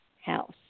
house